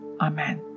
Amen